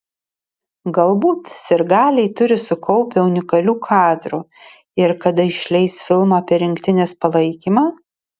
galbūt sirgaliai turi sukaupę unikalių kadrų ir kada išleis filmą apie rinktinės palaikymą